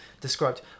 described